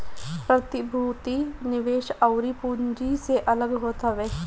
प्रतिभूति निवेश अउरी पूँजी से अलग होत हवे